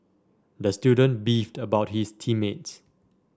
the student beefed about his team mates